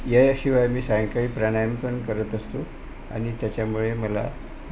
याशिवाय मी सायंकाळी प्राणायाम पण करत असतो आणि त्याच्यामुळे मला